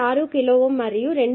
6 కిలోΩమరియు 2